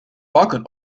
vakken